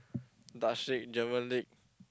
German league